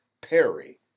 Perry